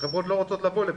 וחברות לא רוצות לבוא לפה.